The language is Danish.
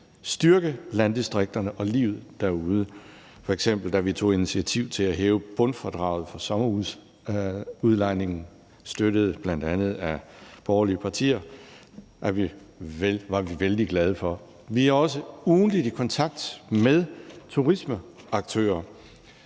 styrke landdistrikterne og livet derude, f.eks. da vi tog initiativ til at hæve bundfradraget for sommerhusudlejningen, støttet bl.a. af borgerlige partier. Det var vi vældig glade for. Vi er også ugentligt i kontakt med turismeaktører,